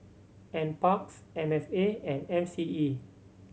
Nparks M F A and M C E